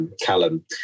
Callum